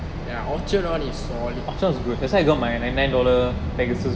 ya orchard one is solid